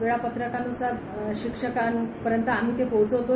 वेळापत्रकान्सार शिक्षकांपर्यंत आम्ही ते पोहचवतो